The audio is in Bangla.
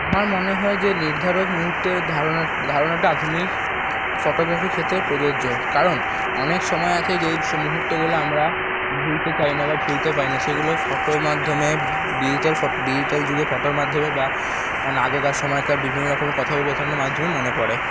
আমার মনে হয় যে নির্ধারক মুহূর্তের ধারনা ধারনাটা আধুনিক ফটোগ্রাফির ক্ষেত্রে প্রযোজ্য কারণ অনেক সময় আছে যে মুহূর্তগুলো আমরা ভুলতে চাইনা বা ভুলতে পারিনা সেগুলো ফটোর মাধ্যমে ডিজিটাল ফো ডিজিটাল যুগে ফটোর মাধ্যমে বা আগেকার সময়কার বিভিন্ন রকম কথোপকথনের মাধ্যমে মনে পড়ে